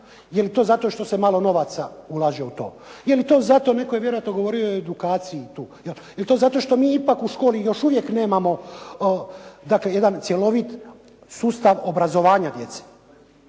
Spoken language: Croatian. Je li to zato što se malo novaca ulaže u to? Je li to zato, netko je vjerojatno govorio o edukaciji tu? Je li to zato što mi ipak u školi još uvijek nemamo dakle jedan cjelovit sustav obrazovanja djece?